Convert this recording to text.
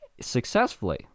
successfully